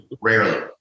Rarely